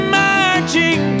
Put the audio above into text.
marching